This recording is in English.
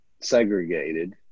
segregated